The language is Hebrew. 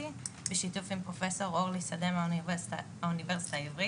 בשיתוף עם פרופ' אורלי שדה מהאוניברסיטה העברית,